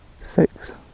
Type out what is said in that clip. six